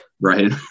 Right